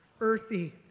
earthy